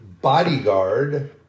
bodyguard